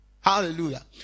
Hallelujah